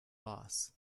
boss